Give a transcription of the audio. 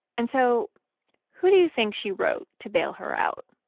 and so who do you think she wrote to bail her out?